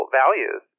values